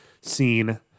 scene